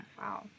wow